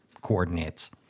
coordinates